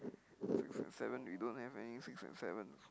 six and seven we don't have any six and seven